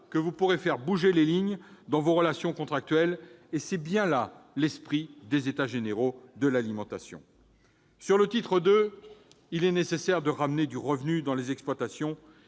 que vous pourrez faire bouger les lignes dans vos relations contractuelles. C'est bien là l'esprit des États généraux de l'alimentation. S'agissant du titre II, ramener du revenu dans les exploitations